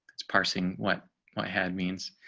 it's parsing what what had means